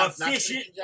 efficient